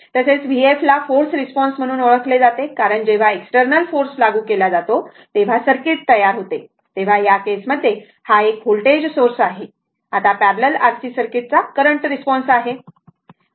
म्हणून vf ला force response म्हणून ओळखले जाते कारण जेव्हा एक्सटरनल फोर्स लागू केली जाते तेव्हा सर्किट तयार होते या केस मध्ये हा एक व्होल्टेज सोर्स आहे आता पॅरलल RC सर्किटचा करंट रिस्पॉन्स आहे